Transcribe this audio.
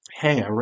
Hey